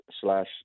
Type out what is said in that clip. slash